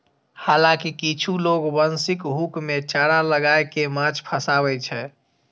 हालांकि किछु लोग बंशीक हुक मे चारा लगाय कें माछ फंसाबै छै